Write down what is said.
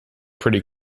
pretty